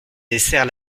desserts